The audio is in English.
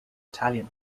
italian